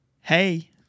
Hey